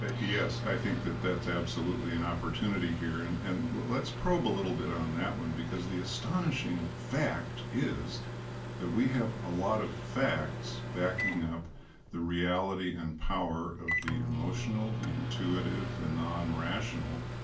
yes. i think that that's absolutely an opportunity here. and and let's probe a little bit on that one, because the astonishing fact is that we have a lot of facts backing up the reality and power of the emotional, the intuitive, the nonrational,